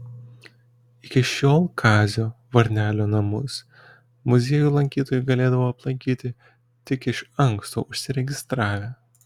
iki šiol kazio varnelio namus muziejų lankytojai galėdavo aplankyti tik iš anksto užsiregistravę